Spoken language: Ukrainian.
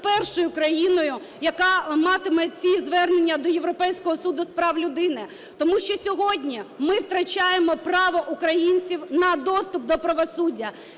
першою країною, яка матиме ці звернення до Європейського суду з прав людини. Тому що сьогодні ми втрачаємо право українців на доступ до правосуддя.